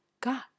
God